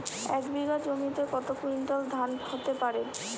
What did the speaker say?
এক বিঘা জমিতে কত কুইন্টাল ধান হতে পারে?